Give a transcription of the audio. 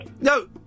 No